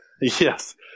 Yes